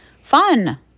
Fun